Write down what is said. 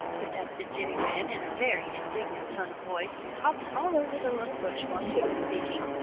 protested jenny wren in a very indignant tone of voice, and hopped all over the little bush while she was speaking.